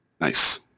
Nice